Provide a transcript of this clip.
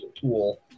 tool